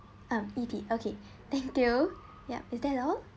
um E_T okay thank you yap is that all